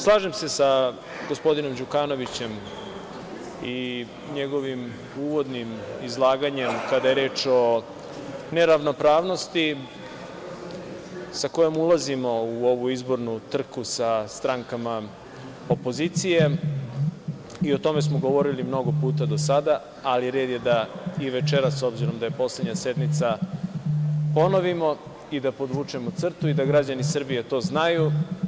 Slažem se sa gospodinom Đukanovićem i njegovim uvodnim izlaganjem kada je reč o neravnopravnosti sa kojom ulazimo u ovu izbornu trku sa strankama opozicije i o tome smo govorili mnogo puta do sada, ali red je da i večeras, s obzirom da je poslednja sednica ponovimo i da podvučemo crtu i da građani Srbije to znaju.